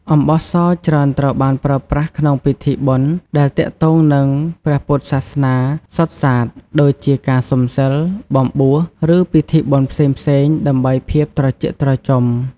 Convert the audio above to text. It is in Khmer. អំបោះសច្រើនត្រូវបានប្រើប្រាស់ក្នុងពិធីបុណ្យដែលទាក់ទងនឹងព្រះពុទ្ធសាសនាសុទ្ធសាធ ដូចជាការសុំសីល បំបួស ឬពិធីបុណ្យផ្សេងៗដើម្បីភាពត្រជាក់ត្រជុំ។